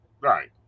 Right